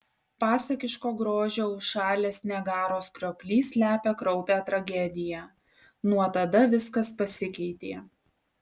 pasakiško grožio užšalęs niagaros krioklys slepia kraupią tragediją nuo tada viskas pasikeitė